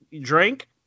drink